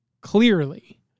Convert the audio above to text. clearly